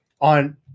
on